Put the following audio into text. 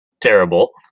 terrible